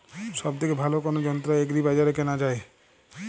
সব থেকে ভালো কোনো যন্ত্র এগ্রি বাজারে কেনা যায়?